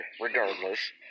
regardless